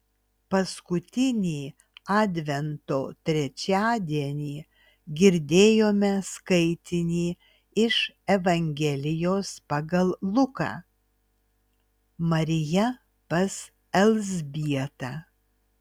paskutinį advento trečiadienį girdėjome skaitinį iš evangelijos pagal luką marija pas elzbietą